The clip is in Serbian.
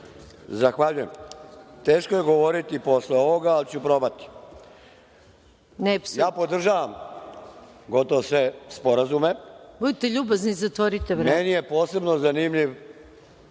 Zahvaljujem. Teško je govoriti posle ovoga, ali ću probati. Ja podržavam gotovo sve sporazume. Meni je posebno zanimljiv